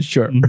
Sure